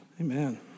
Amen